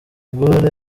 gaulle